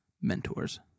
mentors